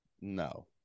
No